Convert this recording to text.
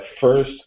first